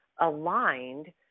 aligned